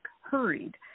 hurried